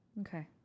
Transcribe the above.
Okay